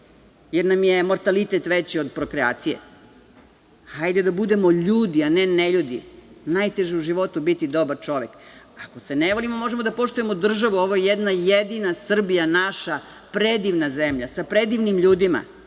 jer nam je mortalitet veći od prokreacije. Hajde da budemo ljudi a ne neljudi. Najteže je u životu biti dobar čovek. Ako se ne volimo, možemo da poštujemo državu, ovo je jedna jedina Srbija, naša, predivna zemlja, sa predivnim ljudima,